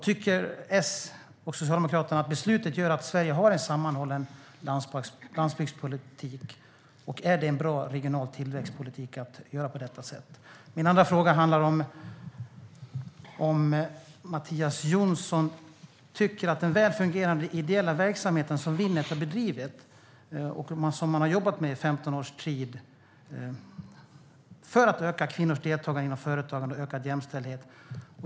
Tycker Socialdemokraterna att beslutet gör att Sverige har en sammanhållen landsbygdspolitik, och är det en bra regional tillväxtpolitik att göra på detta sätt? Min andra fråga handlar om den väl fungerande ideella verksamhet som Winnet har bedrivit och som man har jobbat med i 15 års tid för att öka kvinnors deltagande i företagande och för att öka jämställdheten.